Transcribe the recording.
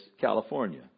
California